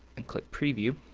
and click preview.